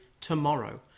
tomorrow